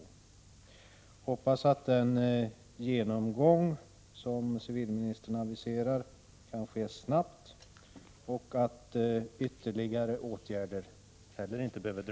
Jag hoppas att den genomgång som civilministern aviserar kan ske snabbt och att ytterligare åtgärder heller inte behöver dröja.